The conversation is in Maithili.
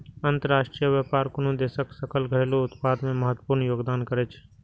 अंतरराष्ट्रीय व्यापार कोनो देशक सकल घरेलू उत्पाद मे महत्वपूर्ण योगदान करै छै